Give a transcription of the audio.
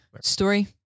Story